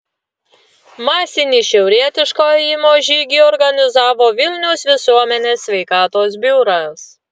masinį šiaurietiško ėjimo žygį organizavo vilniaus visuomenės sveikatos biuras